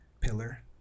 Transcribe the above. pillar